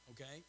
okay